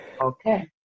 Okay